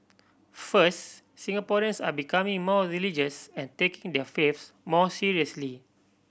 first Singaporeans are becoming more religious and taking their faiths more seriously